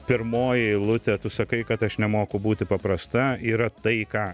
pirmoji eilutė tu sakai kad aš nemoku būti paprasta yra tai ką